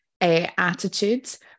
Attitudes